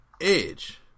Edge